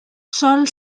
sol